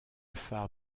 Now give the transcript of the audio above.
phare